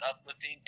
uplifting